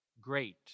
great